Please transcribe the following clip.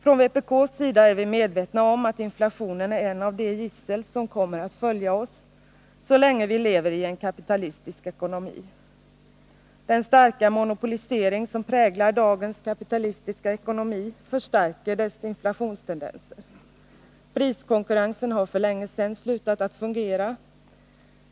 Från vpk:s sida är vi medvetna om att inflationen är ett av de gissel som kommer att följa oss så länge vi lever i en kapitalistisk ekonomi. Den starka monopolisering som präglar dagens kapitalistiska ekonomi förstärker dess inflationstendenser. Priskonkurrensen har för länge sedan slutat att fungera.